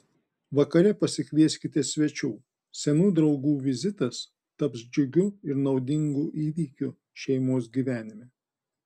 vakare pasikvieskite svečių senų draugų vizitas taps džiugiu ir naudingu įvykiu šeimos gyvenime